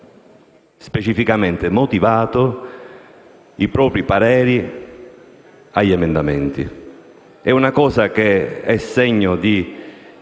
specificamente motivato i propri pareri sugli emendamenti. È un segno di